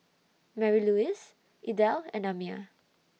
Marylouise Idell and Amiah